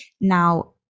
now